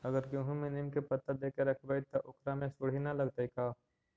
अगर गेहूं में नीम के पता देके यखबै त ओकरा में सुढि न लगतै का?